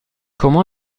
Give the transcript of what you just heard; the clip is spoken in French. comment